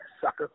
sucker